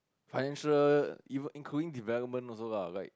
financial even including development also lah like